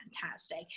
fantastic